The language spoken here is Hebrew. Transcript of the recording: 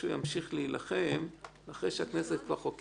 ימשיך להילחם אחרי שהכנסת כבר חוקקה,